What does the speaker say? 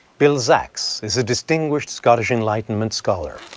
bill zachs is a distinguished scottish enlightenment scholar.